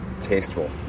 Tasteful